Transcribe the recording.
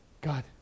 God